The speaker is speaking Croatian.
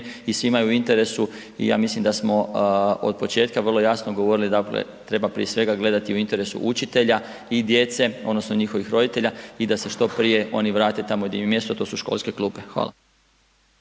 i svima je u interesu i ja mislim da smo od početka vrlo jasno govorili treba prije svega gledati u interesu učitelja i djece odnosno njihovih roditelja i da se što prije oni vrate tamo gdje im je mjesto, a to su školske klupe. Hvala.